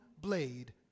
blade